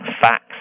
facts